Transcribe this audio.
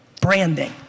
Branding